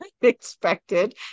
expected